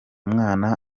mwana